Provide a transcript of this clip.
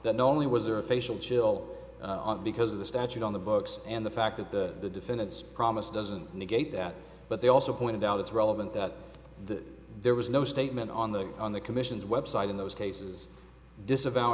that not only was there a facial chill because of the statute on the books and the fact that the defendants promised doesn't negate that but they also point out it's relevant that that there was no statement on the on the commission's website in those cases disavow